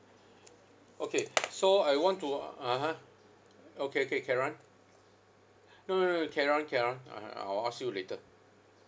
okay so I want to (uh huh) okay okay carry on no no no carry on carry on uh I will ask you later